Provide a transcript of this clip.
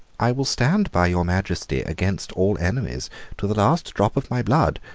i will stand by your majesty against all enemies to the last drop of my blood.